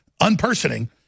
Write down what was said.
unpersoning